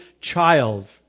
child